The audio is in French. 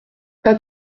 pas